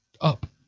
up